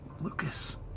Lucas